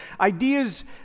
ideas